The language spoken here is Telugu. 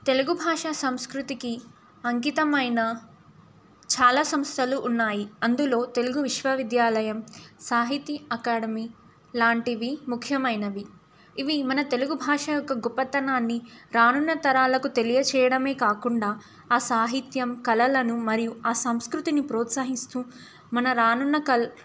తెలుగు భాషా సంస్కృతికి అంకితమైన చాలా సంస్థలు ఉన్నాయి అందులో తెలుగు విశ్వవిద్యాలయం సాహితీ అకాడమీ లాంటివి ముఖ్యమైనవి ఇవి మన తెలుగు భాష యొక్క గొప్పతనాన్ని రానున్న తరాలకు తెలియజేయడమే కాకుండా ఆ సాహిత్యం కలలను మరియు ఆ సంస్కృతిని ప్రోత్సహిస్తూ మన రానున్న